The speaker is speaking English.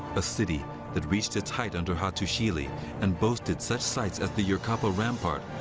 a city that reached its height under hattusili and boasted such sights as the yerkapi rampart,